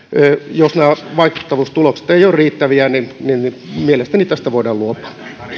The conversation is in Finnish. jos vaikuttavuustulokset eivät ole riittäviä mielestäni tästä voidaan